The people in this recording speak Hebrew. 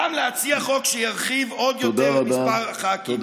גם להציע חוק שירחיב עוד יותר את מספר הח"כים.